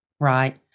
Right